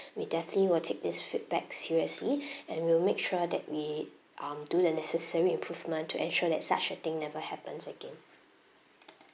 we definitely will take this feedback seriously and will make sure that we um do the necessary improvement to ensure that such a thing never happen again